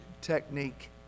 technique